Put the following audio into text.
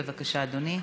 בבקשה, אדוני.